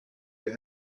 you